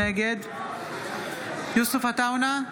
נגד יוסף עטאונה,